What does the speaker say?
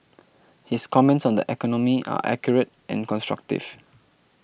his comments on the economy are accurate and constructive